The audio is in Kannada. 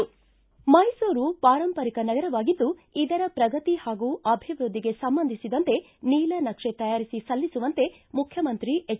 ಮೈಸೂರು ಪಾರಂಪರಿಕ ನಗರವಾಗಿದ್ದು ಇದರ ಪ್ರಗತಿ ಹಾಗೂ ಅಭಿವೃದ್ಧಿಗೆ ಸಂಬಂಧಿಸಿದಂತೆ ನೀಲನಕ್ಷೆ ತಯಾರಿಸಿ ಸಲ್ಲಿಸುವಂತೆ ಮುಖ್ಯಮಂತ್ರಿ ಎಚ್